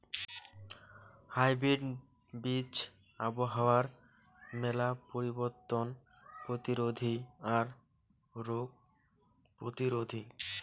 hybrid বীজ আবহাওয়ার মেলা পরিবর্তন প্রতিরোধী আর রোগ প্রতিরোধী